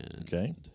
Okay